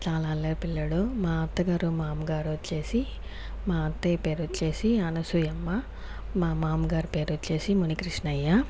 చాలా అల్లరి పిల్లాడు మా అత్తగారు మామగారు వచ్చేసి మా అత్తయ్య పేరొచ్చేసి అనసూయమ్మ మా మామగారు పేరొచ్చేసి మునికృష్ణయ్య